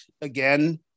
again